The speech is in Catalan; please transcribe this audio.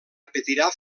repetirà